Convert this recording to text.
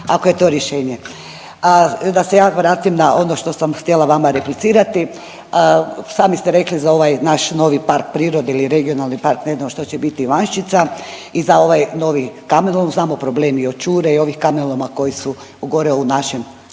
ako je to rješenje. Da se ja vratim na ono što sam htjela vama replicirati, sami ste rekli za ovaj naš novi park prirode ili regionalni park, ne znam što će biti, Ivanšćica i za ovaj novi kamenolom, znamo problemi od Čuraj i ovih kamenoloma koji su gore u našem